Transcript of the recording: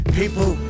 people